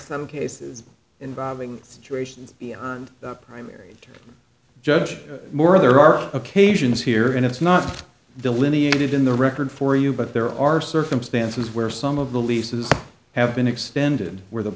them cases involving situations and primary to judge more there are occasions here and it's not delineated in the record for you but there are circumstances where some of the leases have been extended where the